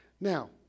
Now